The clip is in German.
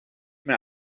mehr